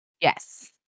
Yes